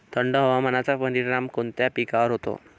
थंड हवामानाचा परिणाम कोणत्या पिकावर होतो?